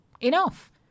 enough